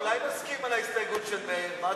אולי נסכים על ההסתייגות של מאיר?